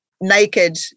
naked